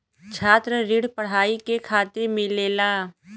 छात्र ऋण पढ़ाई के खातिर मिलेला